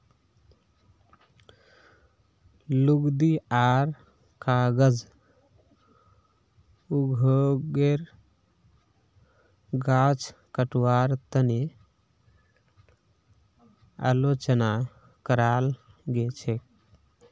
लुगदी आर कागज उद्योगेर गाछ कटवार तने आलोचना कराल गेल छेक